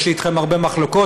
יש לי איתכם הרבה מחלוקות,